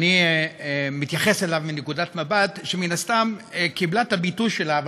אני מתייחס אליו מנקודת מבט שמן הסתם קיבלה את הביטוי שלה כאן,